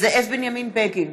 זאב בנימין בגין,